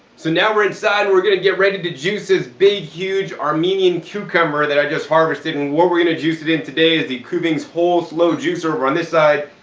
so now we're inside, we're gonna get ready to juice this big, huge armenian cucumber that i just harvested. and what we're gonna juice it in today is the kuvings whole slow juicer over on this side,